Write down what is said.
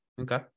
Okay